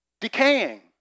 decaying